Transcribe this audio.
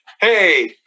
hey